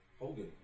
Hogan